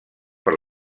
per